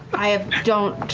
i ah don't,